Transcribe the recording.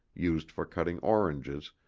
used for cutting oranges,